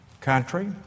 country